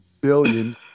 Billion